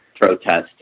protest